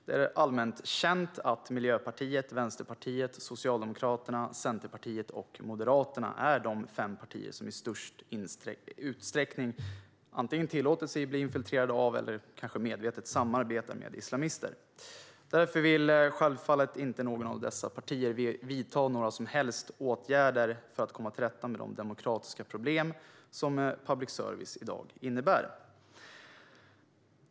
Det är allmänt känt att Miljöpartiet, Vänsterpartiet, Socialdemokraterna, Centerpartiet och Moderaterna är de fem partier som i störst utsträckning antingen tillåter sig att bli infiltrerade av eller kanske medvetet samarbetar med islamister. Därför vill självfallet inte något av dessa partier vidta några som helst åtgärder för att komma till rätta med de demokratiska problem som public service i dag innebär.